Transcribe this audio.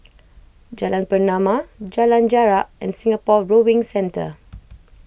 Jalan Pernama Jalan Jarak and Singapore Rowing Centre